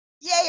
Yay